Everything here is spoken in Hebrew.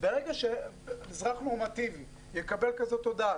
ברגע שאזרח נורמטיבי יקבל הודעה כזאת: